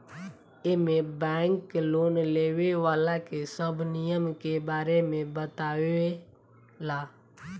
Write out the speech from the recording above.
एमे bank loan लेवे वाला के सब नियम के बारे में बतावे ला